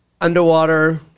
Underwater